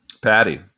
Patty